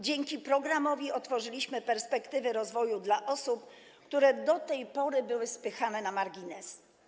Dzięki programowi otworzyliśmy perspektywy rozwoju dla osób, które do tej pory były spychane na marginesy.